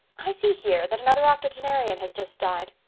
i see here that another octogenarian has just died.